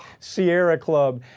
sierra club,